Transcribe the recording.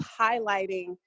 highlighting